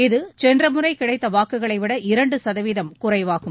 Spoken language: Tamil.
இது சென்ற முறை கிடைத்த வாக்குகளை விட இரண்டு சதவீதம் குறைவாகும்